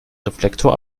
reflektor